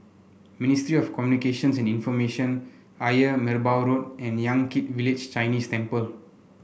Ministry of Communications and Information Ayer Merbau Road and Yan Kit Village Chinese Temple